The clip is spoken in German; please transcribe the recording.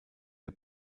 der